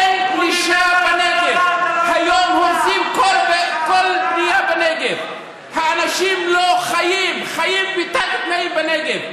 אתה האחרון שצריך לדבר